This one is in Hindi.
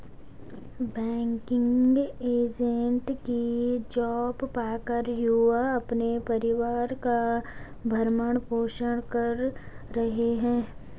बैंकिंग एजेंट की जॉब पाकर युवा अपने परिवार का भरण पोषण कर रहे है